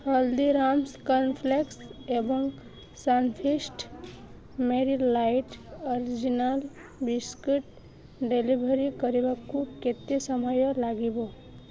Haldiram's cornflakes ଏବଂ Sunfeast Marie light original biscuit delivery କରିବାକୁ କେତେ ସମୟ ଲାଗିବ